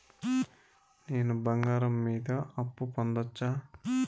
నేను బంగారం మీద అప్పు పొందొచ్చా?